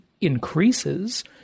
increases